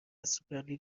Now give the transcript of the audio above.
سوپرلیگ